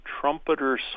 trumpeter